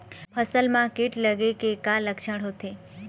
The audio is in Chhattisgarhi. फसल म कीट लगे के का लक्षण होथे?